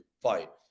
fight